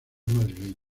madrileños